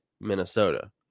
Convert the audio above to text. Minnesota